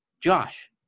Josh